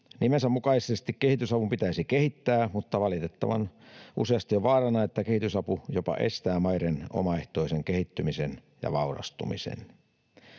Nimensä mukaisesti kehitysavun pitäisi kehittää, mutta valitettavan useasti on vaarana, että kehitysapu jopa estää maiden omaehtoisen kehittymisen ja vaurastumisen.